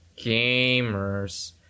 gamers